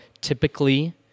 typically